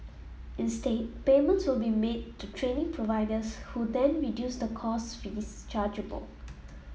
instead payments will be made to training providers who then reduce the course fees chargeable